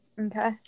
Okay